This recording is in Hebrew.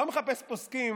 פוסקים